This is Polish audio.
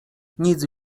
nic